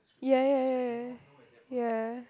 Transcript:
yeah yeah yeah yeah